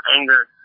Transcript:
anger